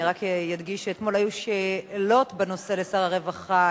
אני רק אדגיש שאתמול היו שאלות בנושא לשר הרווחה,